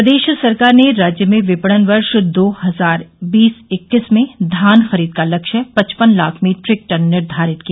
प्रदेश सरकार ने राज्य में विपणन वर्ष दो हजार बीस इक्कीस में धान खरीद का लक्ष्य पचपन लाख मीट्रिक टन निर्धारित किया